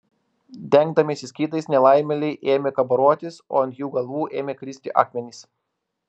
dengdamiesi skydais nelaimėliai ėmė kabarotis o ant jų galvų ėmė kristi akmenys